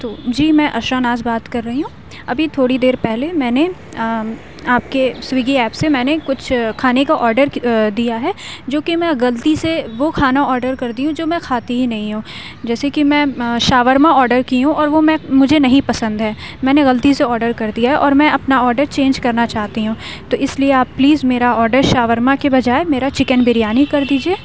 تو جی میں عشا ناز بات کر رہی ہوں ابھی تھوڑی دیر پہلے میں نے آپ کے سویگی ایپ سے میں نے کچھ کھانے کا آڈر دیا ہے جو کہ میں غلطی سے وہ کھانا آڈر کر دی ہوں جو میں کھاتی ہی نہیں ہوں جیسے کہ میں شورما آڈر کی ہوں اور میں وہ مجھے نہیں پسند ہے میں نے غلطی سے آڈر کر دیا اور میں اپنا آڈر چینج كرنا چاہتی ہوں تو اِس لیے آپ پلیز میرا آڈر شورما کے بجائے میرا چکن بریانی کر دیجیے